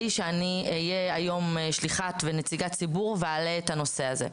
שאני אהיה היום שליחת ונציגת ציבור ואעלה את הנושא הזה.